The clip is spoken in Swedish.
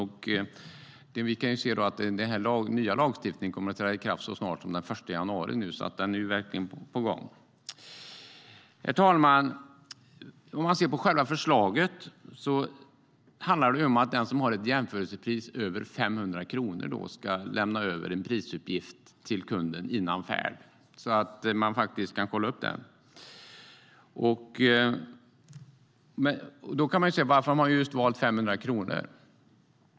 Den nya lagstiftningen kommer att träda i kraft redan den 1 januari 2015, så den är verkligen på gång. Herr talman! Förslaget handlar om att den som har ett jämförpris över 500 kronor ska lämna över en prisuppgift till kunden före färd, så att man faktiskt kan kolla det. Varför har man valt just 500 kronor?